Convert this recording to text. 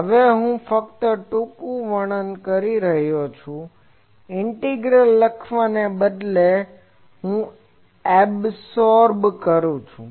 આ ફક્ત ટૂંકું વર્ણન છે કે તે ઈન્ટીગ્રલ લખવાને બદલે હું તે ઈન્ટીગ્રલ ને એબસોર્બ કરું છું